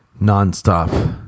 non-stop